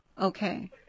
okay